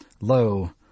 Lo